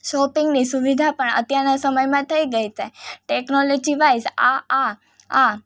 શોપિંગની સુવિધા પણ અત્યારના સમયમાં થઈ ગઈ તે ટેકનોલોજીવાઇસ આ આ આ